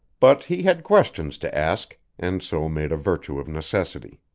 but he had questions to ask, and so made a virtue of necessity.